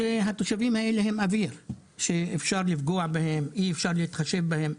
התושבים האלה הם אוויר ואפשר לפגוע בהם ואי אפשר להתחשב בהם.